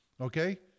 okay